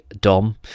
Dom